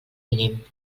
mínim